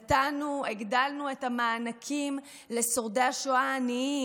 הגדלנו את המענקים לשורדי השואה העניים,